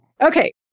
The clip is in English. Okay